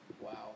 Wow